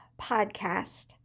Podcast